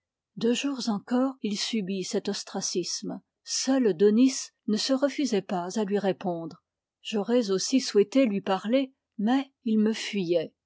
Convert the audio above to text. deux jours encore il subit cet ostracisme seul daunis ne se refusait pas à lui répondre j'aurais aussi souhaité lui parler mais il me fuyait